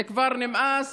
זה כבר נמאס.